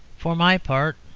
for my part,